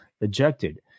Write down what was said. ejected